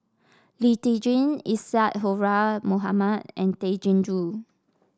Lee Tjin Isadhora Mohamed and Tay Chin Joo